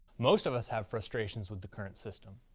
most of us have frustrations with the current system.